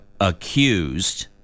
accused